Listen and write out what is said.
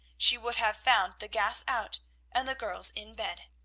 she would have found the gas out and the girls in bed.